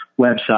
website